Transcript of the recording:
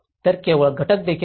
तर वेळ घटक देखील आहे